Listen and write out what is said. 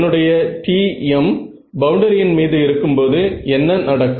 என்னுடைய Tm பவுண்டரியின் மீது இருக்கும் போது என்ன நடக்கும்